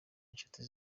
inshuti